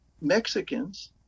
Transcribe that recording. Mexicans